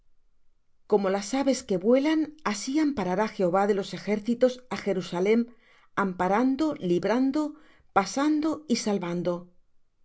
como las aves que vuelan así amparará jehová de los ejércitos á jerusalem amparando librando pasando y salvando